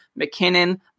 McKinnon